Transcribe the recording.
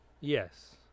Yes